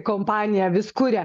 kompanija vis kuria